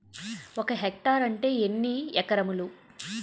ఒక హెక్టార్ అంటే ఎన్ని ఏకరములు?